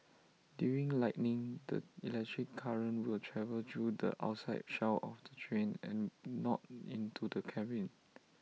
during lightning the electric current will travel through the outside shell of the train and not into the cabin